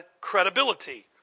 credibility